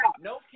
No